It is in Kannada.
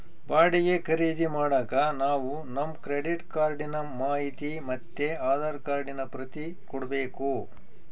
ಬಾಡಿಗೆ ಖರೀದಿ ಮಾಡಾಕ ನಾವು ನಮ್ ಕ್ರೆಡಿಟ್ ಕಾರ್ಡಿನ ಮಾಹಿತಿ ಮತ್ತೆ ಆಧಾರ್ ಕಾರ್ಡಿನ ಪ್ರತಿ ಕೊಡ್ಬಕು